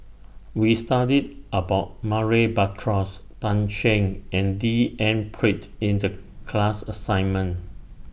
We studied about Murray Buttrose Tan Shen and D N Pritt in The class assignment